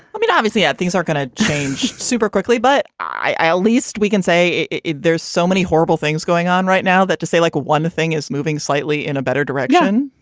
i mean obviously yeah things are going to change super quickly but i at least we can say it there's so many horrible things going on right now that to say like one thing is moving slightly in a better direction.